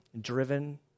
driven